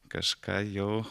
kažką jau